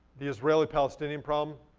the israeli-palestinian problem,